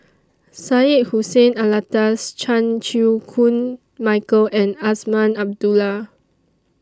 Syed Hussein Alatas Chan Chew Koon Michael and Azman Abdullah